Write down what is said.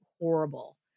horrible